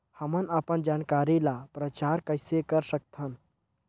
हमन अपन जानकारी ल प्रचार कइसे कर सकथन?